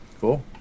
Cool